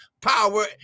power